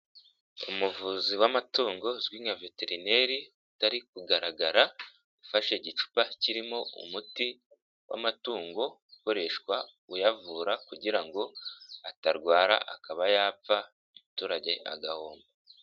Umuvuzi w'amatungo, uzwi nka veterineri, utari kugaragara, ufashe gicupa kirimo umuti w'amatungo, ukoreshwa uyavura kugira ngo atarwara, akaba yapfa, abaturage bagahomba.